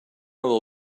will